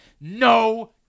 No